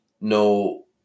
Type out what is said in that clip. no